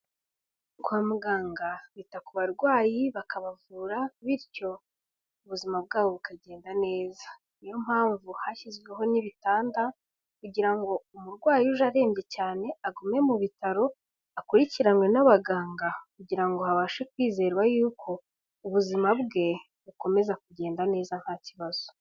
Kwa muganga bita ku barwayi bakabavura, bityo ubuzima bwabo bukagenda neza, niyo mpamvu hashyizweho n'ibitanda kugira ngo umurwayi uje arembye cyane agume mu bitaro, akurikiranwe n'abaganga, kugira ngo habashe kwizerwa yuko ubuzima bwe bukomeza kugenda neza nta kibazo.